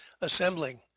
assembling